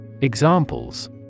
Examples